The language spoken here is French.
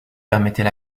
permettait